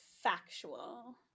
Factual